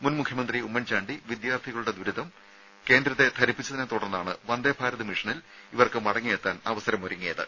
മുൻ മുഖ്യമന്ത്രി ഉമ്മൻചാണ്ടി വിദ്യാർത്ഥികളുടെ ദുരിതം കേന്ദ്രത്തെ ധരിപ്പിച്ചതിനെത്തുടർന്നാണ് വന്ദേഭാരത് മിഷനിൽ ഇവർക്ക് മടങ്ങിയെത്താൻ അവസരമൊരുങ്ങിയത്